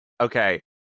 Okay